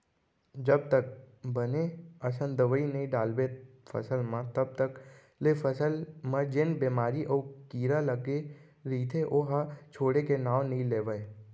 जब तक बने असन दवई नइ डालबे फसल म तब तक ले फसल म जेन बेमारी अउ कीरा लगे रइथे ओहा छोड़े के नांव नइ लेवय